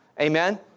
Amen